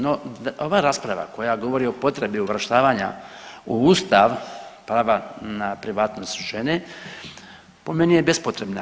No ova rasprava koja govori o potrebi uvrštavanja u ustav prava na privatnost žene po meni je bespotrebna.